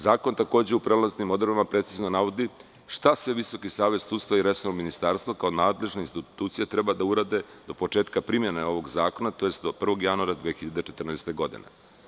Zakon u prelaznim odredbama precizno navodi šta sve Visoki savet sudstva i resorno ministarstvo kao nadležne institucije treba da urade do početka primene ovog zakona tj. do 1. januara 2014. godine.